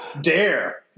dare